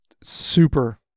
super